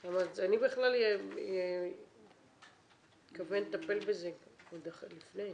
אני בכלל מתכוונת לטפל בזה עוד לפני.